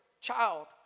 child